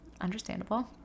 understandable